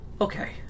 Okay